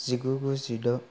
जिगुजौ जिद'